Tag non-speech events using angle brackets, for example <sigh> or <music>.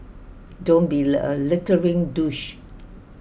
don't be <hesitation> a littering douche